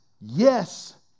yes